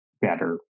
Better